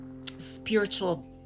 spiritual